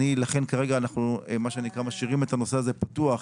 כרגע אנחנו משאירים את הנושא הזה פתוח,